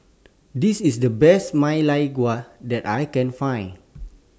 This IS The Best Ma Lai Gao that I Can Find